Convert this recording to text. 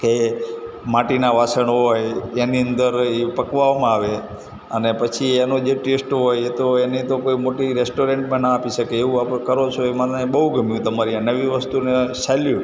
કે માટીનાં વાસણ હોય એની અંદર એ પકવવામાં આવે અને પછી એનો જે ટેસ્ટ હોય એ તો એની તો કોઈ મોટી રેસ્ટોરન્ટ પણ ન આપી શકે એવું આપ કરો છો એ મને બહુ ગમ્યું તમારી આ નવી વસ્તુને સેલ્યુટ